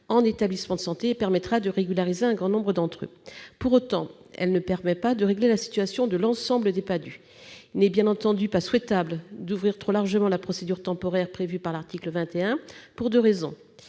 en établissement de santé, et permettra de régulariser un grand nombre d'entre eux. Pour autant, elle ne permet pas de régler la situation de l'ensemble des Padhue. Il n'est bien entendu pas souhaitable d'ouvrir trop largement la procédure temporaire prévue par l'article 21, et ce pour deux raisons